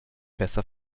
besser